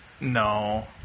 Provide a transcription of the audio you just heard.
No